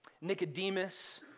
Nicodemus